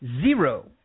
zero